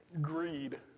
greed